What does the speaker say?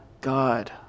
God